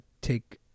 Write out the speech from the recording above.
Take